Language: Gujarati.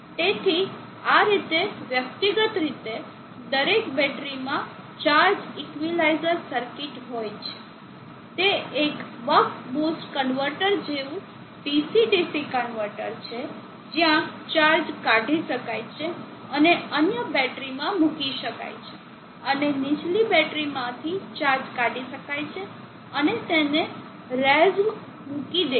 તેથી આ રીતે વ્યક્તિગત રીતે દરેક બેટરીમાં ચાર્જ ઇક્વિલાઈઝર સર્કિટ હોય છે તે એક બક બૂસ્ટ કન્વર્ટર જેવું DC DC કન્વર્ટર છે જ્યાં ચાર્જ કાઢી શકાય છે અને અન્ય બેટરીમાં મૂકી શકાય છે અને નીચલી બેટરીમાંથી ચાર્જ કાઢી શકાય છે અને તેને રેઝ્વ મૂકી દે છે